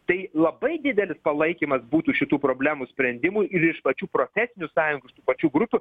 tai labai didelis palaikymas būtų šitų problemų sprendimui ir iš pačių profesinių sąjungų iš tų pačių grupių